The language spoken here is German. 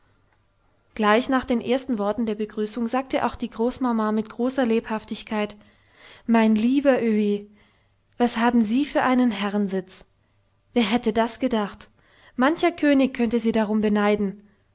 gleich nach den ersten worten der begrüßung sagte auch die großmama mit großer lebhaftigkeit mein lieber öhi was haben sie für einen herrensitz wer hätte das gedacht mancher könig könnte sie darum beneiden